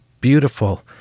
beautiful